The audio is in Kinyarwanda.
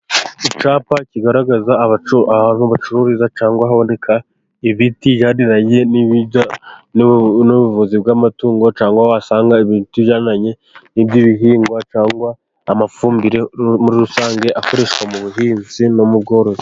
Icyapa kigaragaza ahantu bacururiza, cyangwa haboneka imiti ijyaniranye n'ubuvuzi bw'amatungo, cyangwa wahasanga imiti ijyaniranye n'iby'ibihingwa cyangwa amafumbire muri rusange, akoreshwa mu buhinzi no mu bworozi.